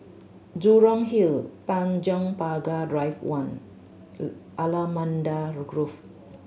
Jurong Hill Tanjong Pagar Drive One Allamanda Grove